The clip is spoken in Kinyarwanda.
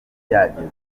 yageze